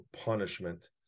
punishment